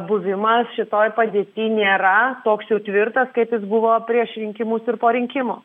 buvimas šitoj padėty nėra toks tvirtas kaip jis buvo prieš rinkimus ir po rinkimų